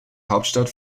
hauptstadt